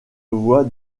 voie